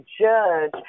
judge